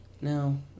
no